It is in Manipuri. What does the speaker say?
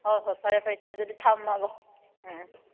ꯍꯣꯏ ꯍꯣꯏ ꯐꯔꯦ ꯐꯔꯦ ꯏꯆꯦ ꯑꯗꯨꯗꯤ ꯊꯝꯃꯦꯀꯣ ꯎꯝ